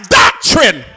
doctrine